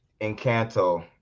Encanto